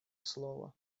слова